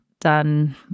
done